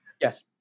yes